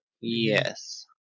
yes